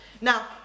Now